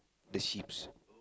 the sheep's